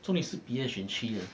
总理是别的选区的